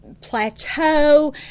plateau